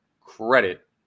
credit